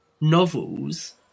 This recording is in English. novels